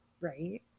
Right